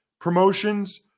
promotions